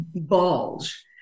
bulge